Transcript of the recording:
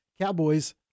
Cowboys